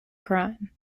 crime